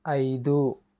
ఐదు